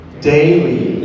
daily